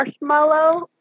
Marshmallow